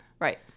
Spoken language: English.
right